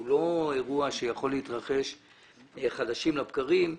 הוא לא אירוע שיכול להתרחש חדשות לבקרים.